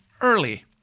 early